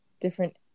different